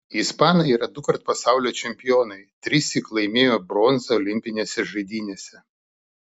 ispanai yra dukart pasaulio čempionai trissyk laimėjo bronzą olimpinėse žaidynėse